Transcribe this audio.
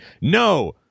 no